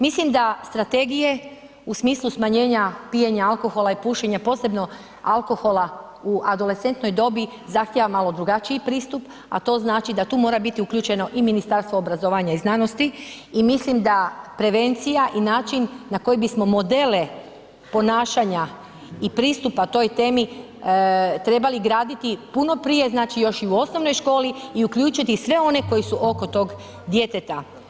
Mislim da strategije u smislu smanjenja pijenja alkohola i pušenja posebno alkohola u adolescentnoj dobi zahtijeva malo drugačiji pristup, a to znači da tu mora biti uključeno i Ministarstvo obrazovanja i znanosti i mislim da prevencija i način na koji bismo modele ponašanja i pristupa toj temi trebali graditi puno prije, znači još i u osnovnoj školi i uključiti sve one koji su oko tog djeteta.